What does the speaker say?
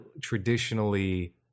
traditionally